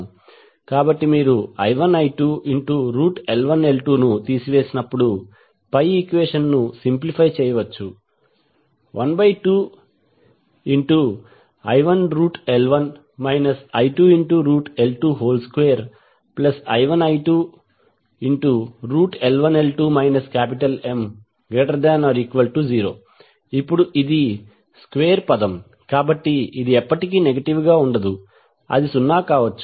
కాబట్టి మీరు i1i2L1L2 ను తీసివేసినప్పుడు పై ఈక్వెషన్ ను సింప్లిఫై చేయవచ్చు 12i1L1 i2L22i1i2L1L2 M≥0 ఇప్పుడు ఇది స్క్వేర్ పదం కాబట్టి ఇది ఎప్పటికీ నెగటివ్ గా ఉండదు అది సున్నా కావచ్చు